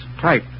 type